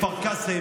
כפר קאסם,